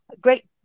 great